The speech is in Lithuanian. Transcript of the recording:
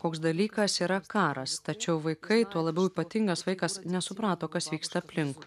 koks dalykas yra karas tačiau vaikai tuo labiau ypatingas vaikas nesuprato kas vyksta aplink